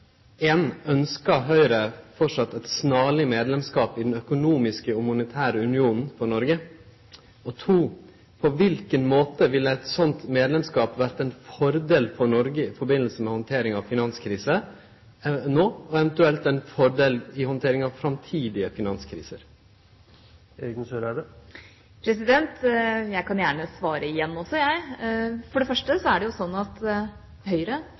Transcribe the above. Høgre framleis eit snarleg norsk medlemskap i Den økonomiske og monetære unionen? På kva måte vil ein slik medlemskap verte ein fordel for Noreg i samband med handtering av finanskrisa no, eventuelt ein fordel i handtering av framtidige finanskriser? Jeg kan gjerne svare igjen. For det første er det sånn at